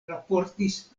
raportis